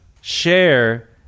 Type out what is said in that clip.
share